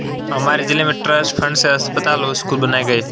हमारे जिले में ट्रस्ट फंड से अस्पताल व स्कूल बनाए गए